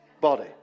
body